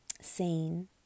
seen